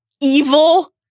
evil